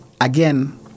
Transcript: again